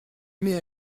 mais